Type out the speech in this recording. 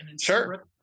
Sure